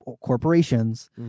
corporations